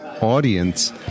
audience